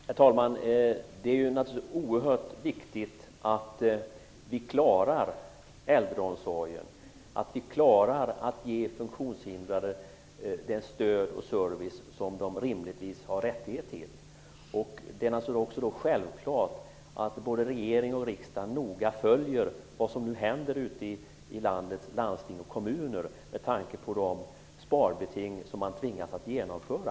Herr talman! Det är naturligtvis oerhört viktigt att vi klarar äldreomsorgen, att vi klarar att ge funktionshindrade det stöd och den service som de rimligtvis har rätt till. Det är också självklart att både regering och riksdag noga följer vad som händer ute i landets landsting och kommuner, med tanke på de sparbeting som man tvingats att genomföra.